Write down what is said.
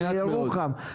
בירוחם?